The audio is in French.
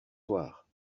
soir